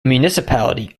municipality